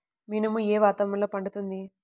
మినుము ఏ వాతావరణంలో పండుతుంది?